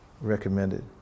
recommended